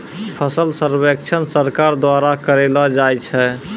फसल सर्वेक्षण सरकार द्वारा करैलो जाय छै